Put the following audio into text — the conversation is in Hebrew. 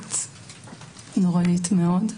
אלימות נוראית מאוד,